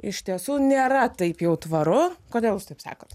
iš tiesų nėra taip jau tvaru kodėl jūs taip sakot